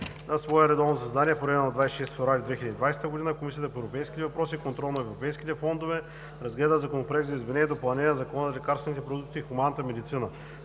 На свое редовно заседание, проведено на 26 февруари 2020 г., Комисията по европейските въпроси и контрол на европейските фондове разгледа Законопроект за изменение и допълнение на Закона за лекарствените продукти в хуманната медицина,